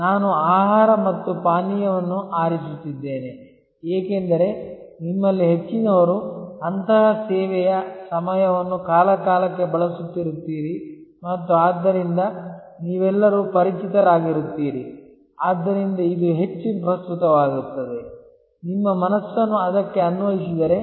ನಾನು ಆಹಾರ ಮತ್ತು ಪಾನೀಯವನ್ನು ಆರಿಸುತ್ತಿದ್ದೇನೆ ಏಕೆಂದರೆ ನಿಮ್ಮಲ್ಲಿ ಹೆಚ್ಚಿನವರು ಅಂತಹ ಸೇವೆಯ ಸಮಯವನ್ನು ಕಾಲಕಾಲಕ್ಕೆ ಬಳಸುತ್ತಿರುತ್ತೀರಿ ಮತ್ತು ಆದ್ದರಿಂದ ನೀವೆಲ್ಲರೂ ಪರಿಚಿತರಾಗಿರುತ್ತೀರಿ ಆದ್ದರಿಂದ ಇದು ಹೆಚ್ಚು ಪ್ರಸ್ತುತವಾಗುತ್ತದೆ ನಿಮ್ಮ ಮನಸ್ಸನ್ನು ಅದಕ್ಕೆ ಅನ್ವಯಿಸಿದರೆ